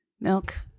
milk